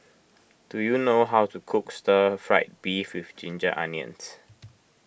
do you know how to cook Stir Fried Beef with Ginger Onions